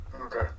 Okay